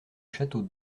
château